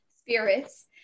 spirits